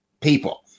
people